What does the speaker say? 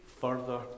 further